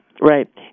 right